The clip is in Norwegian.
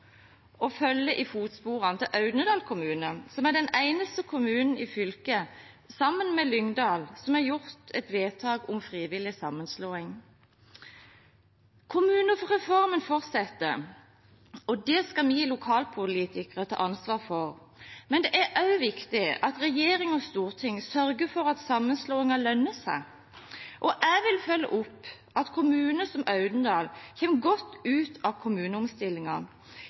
å følge i fotsporene til Audnedal kommune, som er den eneste kommunen i fylket sammen med Lyngdal som har gjort et vedtak om frivillig sammenslåing. Kommunereformen fortsetter, og det skal vi lokalpolitikere ta ansvar for, men det er også viktig at regjering og storting sørger for at sammenslåing lønner seg. Jeg vil følge opp at kommuner som Audnedal kommer godt ut av